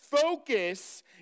focus